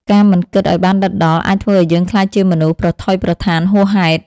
ការមិនគិតឱ្យបានដិតដល់ អាចធ្វើឱ្យយើងក្លាយជាមនុស្សប្រថុយប្រថានហួសហេតុ។